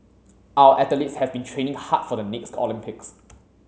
our athletes have been training hard for the next Olympics